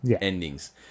endings